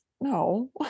No